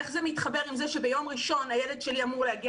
איך זה מתחבר עם זה שביום ראשון הילד שלי אמור להגיע